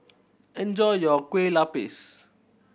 enjoy your Kueh Lapis